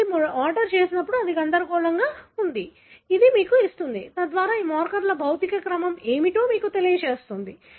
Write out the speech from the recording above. కాబట్టి మీరు ఆర్డర్ చేసినప్పుడు అది గందరగోళంగా ఉంది అది మీకు ఇస్తుంది తద్వారా ఈ మార్కర్ల భౌతిక క్రమం ఏమిటో మీకు తెలియజేస్తుంది